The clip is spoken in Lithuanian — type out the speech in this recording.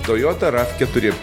toyota raf keturi